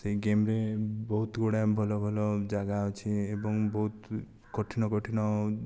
ସେହି ଗେମ୍ ରେ ବହୁତ ଗୁଡ଼ାଏ ଭଲ ଭଲ ଜାଗା ଅଛି ଏବଂ ବହୁତ କଠିନ କଠିନ